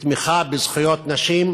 בתמיכה בזכויות נשים,